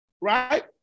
Right